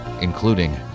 including